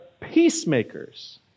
peacemakers